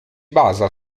basa